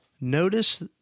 notice